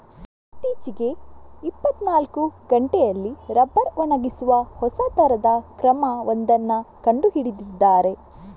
ಇತ್ತೀಚೆಗೆ ಇಪ್ಪತ್ತನಾಲ್ಕು ಗಂಟೆಯಲ್ಲಿ ರಬ್ಬರ್ ಒಣಗಿಸುವ ಹೊಸ ತರದ ಕ್ರಮ ಒಂದನ್ನ ಕಂಡು ಹಿಡಿದಿದ್ದಾರೆ